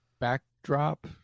backdrop